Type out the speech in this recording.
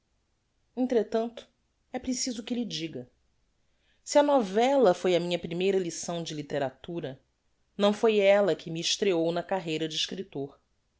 entretanto é preciso que lhe diga si a novella foi a minha primeira licção de litteratura não foi ella que me estreou na carreira de escriptor